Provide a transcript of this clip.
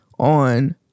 on